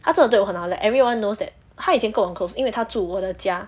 她真的对我很好 like everyone knows that 她以前跟我很 close 因为她住我的家